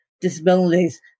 disabilities